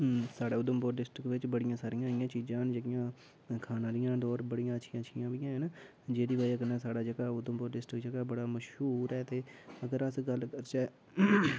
साढ़े उधमपुर डिस्ट्रिक्ट बिच बड़ियां सारियां इ'यां चीज़ा न जेह्कियां खान आह्लियां होर बड़ियां अच्छियां अच्छियां बी हैन जेह्दी बजह् कन्नै साढ़ा जेह्का उधमपुर डिस्ट्रिक्ट जेह्का बड़ा मशहूर ऐ ते अगर अस गल्ल करचै